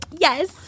Yes